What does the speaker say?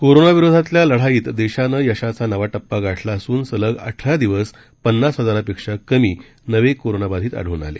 corona विरोधातल्या लढाईत देशानं यशाचा नवा टप्पा गाठला असून सलग अठरा दिवस पन्नास हजारापेक्षा कमी नवे कोरोनाबाधित आढळून आले